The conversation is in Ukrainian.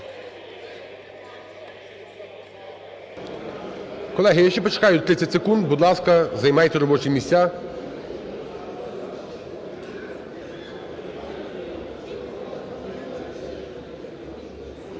Колеги, я ще почекаю 30 секунд, будь ласка, займайте робочі місця.